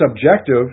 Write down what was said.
subjective